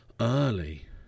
early